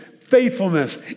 faithfulness